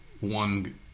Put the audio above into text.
one